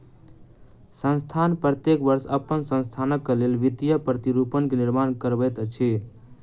संस्थान प्रत्येक वर्ष अपन संस्थानक लेल वित्तीय प्रतिरूपण के निर्माण करबैत अछि